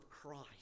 Christ